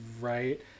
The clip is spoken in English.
right